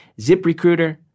ZipRecruiter